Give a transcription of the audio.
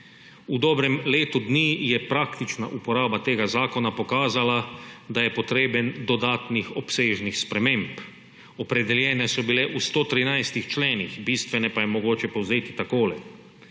V dobrem letu dni je praktična uporaba tega zakona pokazala, da je potreben dodatnih obsežnih sprememb. Opredeljene so bile v 113 členih, bistvene pa je mogoče povzeti takole: